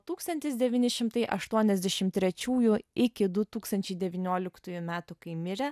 tūkstantis devyni šimtai aštuoniasdešim trečiųjų iki du tūkstančiai devynioliktųjų metų kai mirė